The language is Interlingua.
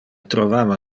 trovava